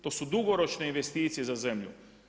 To su dugoročne investicije za zemlju.